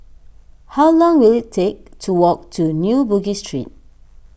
how long will it take to walk to New Bugis Street